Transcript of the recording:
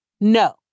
No